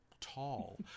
tall